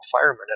firemen